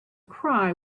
cry